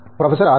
professor R